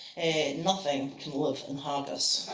nothing can live in haggis.